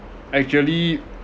actually